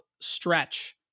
stretch